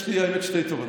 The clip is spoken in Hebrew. יש לי, האמת, שתי תובנות.